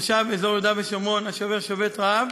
תושב אזור יהודה ושומרון אשר שובת רעב